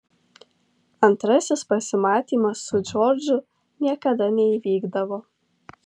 antrasis pasimatymas su džordžu niekada neįvykdavo